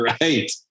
Right